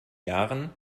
jahren